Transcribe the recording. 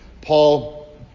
Paul